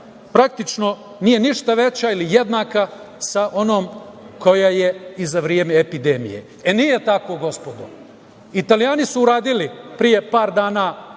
praktično nije ništa veća ili jednaka sa onom koja je i za vreme epidemije.E, nije tako, gospodo. Italijani su uradili pre par dana